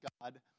God